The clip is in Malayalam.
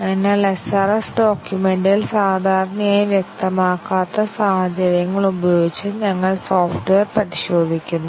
അതിനാൽ SRS ഡോക്യുമെന്റിൽ സാധാരണയായി വ്യക്തമാക്കാത്ത സാഹചര്യങ്ങൾ ഉപയോഗിച്ച് ഞങ്ങൾ സോഫ്റ്റ്വെയർ പരിശോധിക്കുന്നു